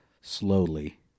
Slowly